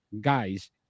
guys